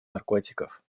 наркотиков